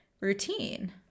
routine